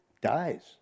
dies